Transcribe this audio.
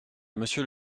monsieur